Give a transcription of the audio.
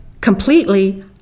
completely